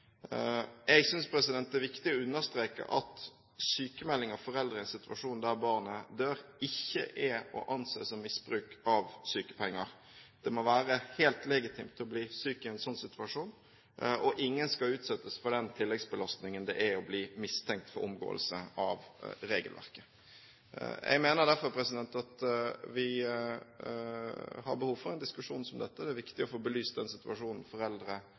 Jeg synes det er viktig å understreke at sykmelding av foreldre i en situasjon der barnet dør, ikke er å anse som misbruk av sykepenger. Det må være helt legitimt å bli syk i en slik situasjon, og ingen skal utsettes for den tilleggsbelastningen det er å bli mistenkt for omgåelse av regelverket. Jeg mener derfor vi har behov for en diskusjon som dette. Det er viktig å få belyst den situasjonen